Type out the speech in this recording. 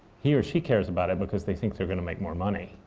he or she cares about it because they think they're going to make more money.